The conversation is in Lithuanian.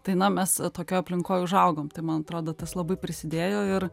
tai na mes tokioj aplinkoj užaugom tai man atrodo tas labai prisidėjo ir